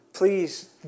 Please